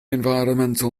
environmental